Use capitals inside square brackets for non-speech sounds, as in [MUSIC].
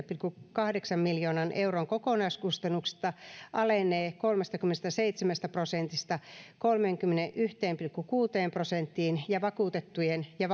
[UNINTELLIGIBLE] pilkku kahdeksan miljoonan euron kokonaiskustannuksista alenee kolmestakymmenestäseitsemästä prosentista kolmeenkymmeneenyhteen pilkku kuuteen prosenttiin ja vakuutettujen ja [UNINTELLIGIBLE]